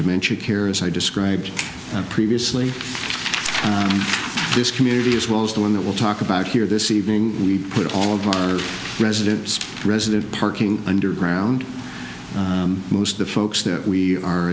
dementia care as i described previously this community as well as the one that will talk about here this evening we put all of our resident resident parking underground most the folks that we are